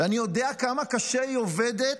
ואני יודע כמה קשה היא עובדת,